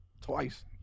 twice